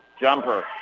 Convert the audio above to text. Jumper